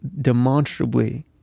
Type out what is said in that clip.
demonstrably